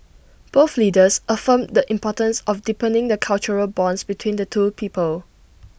both leaders reaffirmed the importance of deepening the cultural bonds between the two peoples